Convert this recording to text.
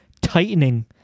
tightening